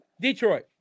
Detroit